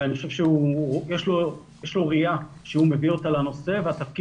אני חושב שיש לו ראיה שהוא מביא אותה לנושא והתפקיד